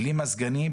בלי מזגנים,